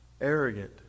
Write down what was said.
arrogant